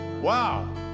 Wow